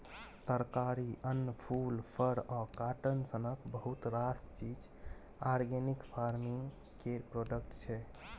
तरकारी, अन्न, फुल, फर आ काँटन सनक बहुत रास चीज आर्गेनिक फार्मिंग केर प्रोडक्ट छै